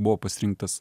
buvau pasirinktas